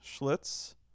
schlitz